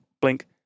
blink